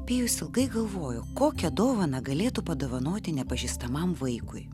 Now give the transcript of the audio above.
pijus ilgai galvojo kokią dovaną galėtų padovanoti nepažįstamam vaikui